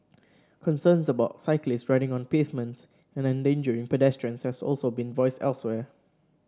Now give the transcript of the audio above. concerns about cyclists riding on pavements and endangering pedestrians have also been voiced elsewhere